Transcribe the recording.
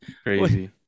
crazy